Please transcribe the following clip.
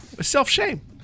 Self-shame